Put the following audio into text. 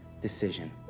decision